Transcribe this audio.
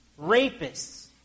rapists